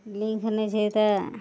link नहि छै तऽ